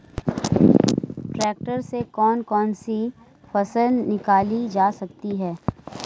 Tractor से कौन कौनसी फसल निकाली जा सकती हैं?